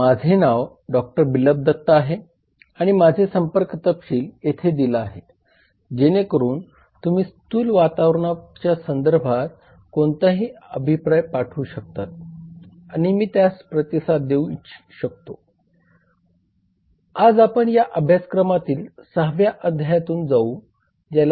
माझे नाव डॉ बिप्लब दत्ता आहे आणि माझा संपर्क येथे दिला आहे म्हणून एकदा तुम्ही हा व्हिडिओ पाहिला की जर तुमच्या काही शंका किंवा काही प्रतिक्रिया असतील तर तुम्ही मला नेहमी लिहू शकता आणि मी तुमच्या अभिप्रायाची दखल घेईन आणि मी देखील शक्य तितके तुम्हाला प्रतिक्रया देण्याचा प्रयत्न करेन